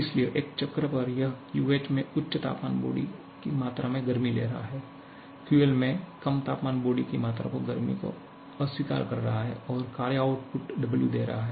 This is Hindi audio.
इसलिए एक चक्र पर यह QH में उच्च तापमान बॉडी की मात्रा से गर्मी ले रहा है QL में कम तापमान बॉडी की मात्रा को गर्मी को अस्वीकार कर रहा है और कार्य आउटपुट Wदे रहा है